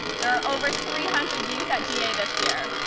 there are over three hundred youth at ga this year.